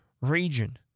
region